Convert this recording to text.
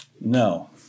No